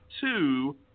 two